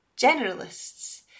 Generalists